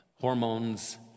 hormones